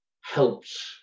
helped